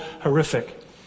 horrific